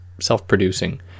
self-producing